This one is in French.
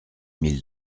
mille